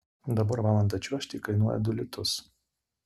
dabar valandą čiuožti kainuoja du litus